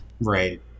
Right